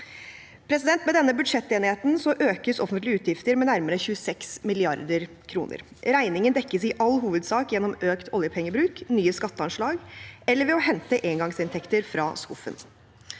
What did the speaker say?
Med denne budsjettenigheten økes offentlige utgifter med nærmere 26 mrd. kr. Regningen dekkes i all hovedsak gjennom økt oljepengebruk, nye skatteanslag eller ved å hente engangsinntekter fra skuffen.